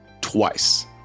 twice